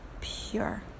pure